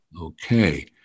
Okay